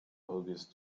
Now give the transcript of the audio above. august